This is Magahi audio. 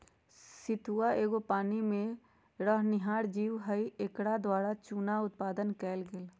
सितुआ एगो पानी में रहनिहार जीव हइ एकरा द्वारा चुन्ना उत्पादन कएल गेल